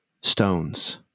stones